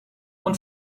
und